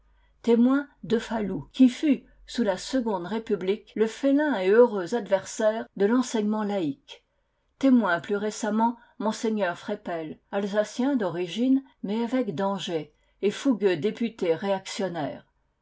témoin de falloux qui fut sous la seconde république le félin et heureux adversaire de l'enseignement laïque témoin plus récemment mgr freppel alsacien d'origine mais évêque d'angers et fougueux député réactionnaire